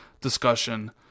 discussion